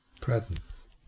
presence